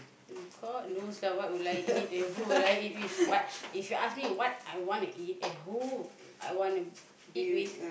God knows lah what would I eat then who will I eat with but if you ask me what I want to eat and who I want to eat with